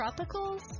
Tropicals